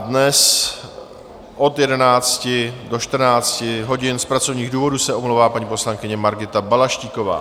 Dnes od 11 do 14 hodin z pracovních důvodů se omlouvá paní poslankyně Margita Balaštíková.